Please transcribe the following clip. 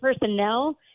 personnel